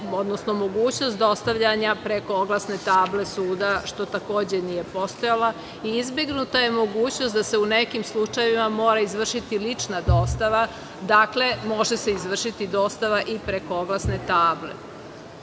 odnosno mogućnost dostavljanja preko oglasne table suda, što takođe nije postojalo. Izbegnuta je mogućnost da se u nekim slučajevima mora izvršiti lična dostava, dakle, može se izvršiti dostava i preko oglasne table. Ono